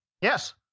Yes